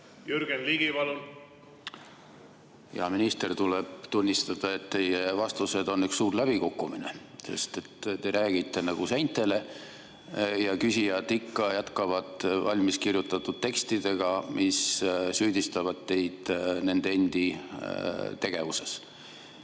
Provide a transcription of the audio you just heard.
Jürgen Ligi, palun! Hea minister! Tuleb tunnistada, et teie vastused on üks suur läbikukkumine, sest te räägite nagu seintele. Küsijad ikka jätkavad valmis kirjutatud tekstidega, mis süüdistavad teid nende endi tegevuses.